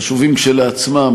חשובים כשלעצמם,